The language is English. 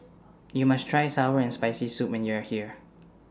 YOU must Try Sour and Spicy Soup when YOU Are here